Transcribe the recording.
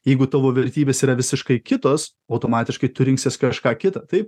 jeigu tavo vertybės yra visiškai kitos automatiškai tu rinksies kažką kita taip